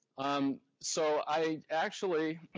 um so i actually,